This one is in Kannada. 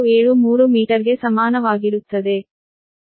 0473 ಮೀಟರ್ಗೆ ಸಮಾನವಾಗಿರುತ್ತದೆ